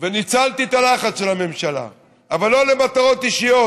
וניצלתי את הלחץ של הממשלה אבל לא למטרות אישיות,